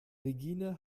regine